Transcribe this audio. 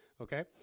okay